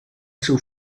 seu